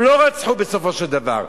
הם לא רצחו בסופו של דבר.